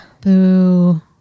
Boo